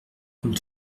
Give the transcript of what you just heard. comme